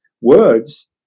words